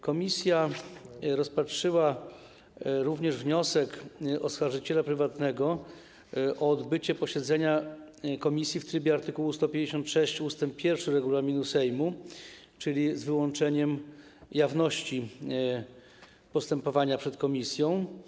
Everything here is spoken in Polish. Komisja rozpatrzyła również wniosek oskarżyciela prywatnego o odbycie posiedzenia komisji w trybie art. 156 ust. 1 regulaminu Sejmu, czyli z wyłączeniem jawności postępowania przed komisją.